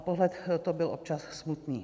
Pohled to byl občas smutný.